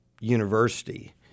University